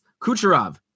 Kucherov